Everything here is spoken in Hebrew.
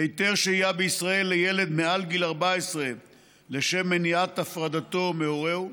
היתר שהייה בישראל לילד מעל גיל 14 לשם מניעת הפרדתו מהורהו,